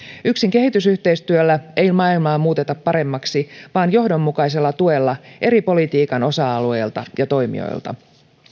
yksin kehitysyhteistyöllä ei maailmaa muuteta paremmaksi vaan johdonmukaisella tuella eri politiikan osa alueilta ja toimijoilta